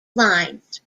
lines